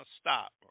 stop